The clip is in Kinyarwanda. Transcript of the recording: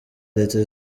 leta